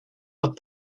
are